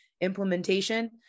implementation